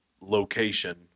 location